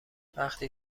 وقتی